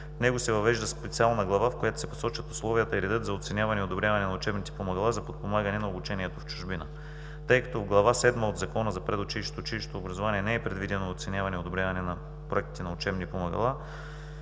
В него се въвежда специална глава, в която се посочват условията и редът за оценяване и одобряване на учебните помагала за подпомагане на обучението в чужбина. Тъй като в Глава седма от Закона за предучилищното и училищното образование не е предвидено оценяване и одобряване на проектите на учебни помагала,